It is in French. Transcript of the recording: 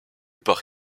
par